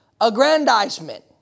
aggrandizement